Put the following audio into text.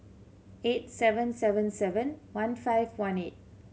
eight seven seven seven one five one eight